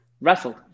wrestled